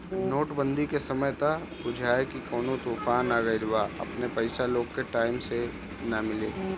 note बंदी के समय त बुझाए की कवनो तूफान आ गईल बा अपने पईसा लोग के टाइम से ना मिले